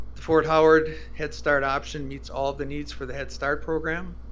the fort howard headstart option meets all of the needs for the headstart program,